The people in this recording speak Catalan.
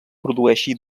produeixi